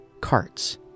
carts